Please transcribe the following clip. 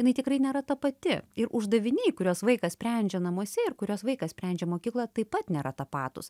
jinai tikrai nėra tapati ir uždaviniai kuriuos vaikas sprendžia namuose ir kuriuos vaikas sprendžia mokykloje taip pat nėra tapatūs